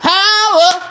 Power